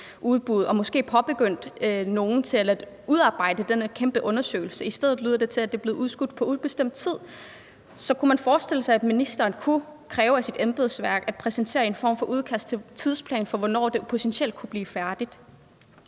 udbud og måske havde påbegyndt at få nogle til at udarbejde den her kæmpe undersøgelse. I stedet lyder det til, at det er blevet udskudt på ubestemt tid. Så kunne man forestille sig, at ministeren kunne kræve af sit embedsværk at præsentere en form for udkast til en tidsplan for, hvornår det potentielt kunne blive færdigt?